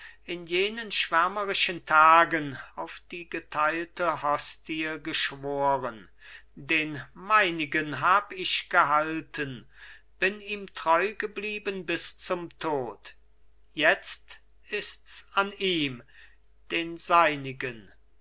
in jenen schwärmerischen tagen auf die geteilte hostie geschworen den meinigen hab ich gehalten bin ihm treugeblieben bis zum tod jetzt ists an ihm den seinigen